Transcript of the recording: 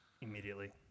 immediately